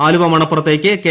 ആലുവ മണപ്പുറത്തേക്ക് കെ